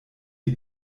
die